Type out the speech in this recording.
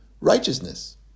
righteousness